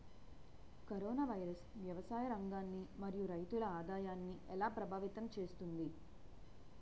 Corona virus వ్యవసాయ రంగాన్ని మరియు రైతుల ఆదాయాన్ని ఎలా ప్రభావితం చేస్తుంది?